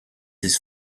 his